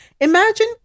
Imagine